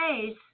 face